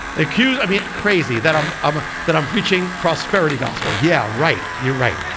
accused, i mean crazy. that i'm, um that i'm preaching prosperity gospel. yeah right. you're right.